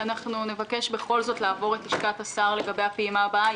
נבקש בכל זאת לעבור את לשכת השר לגבי הפעימה הבאה.